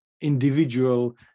individual